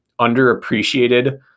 underappreciated